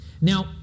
Now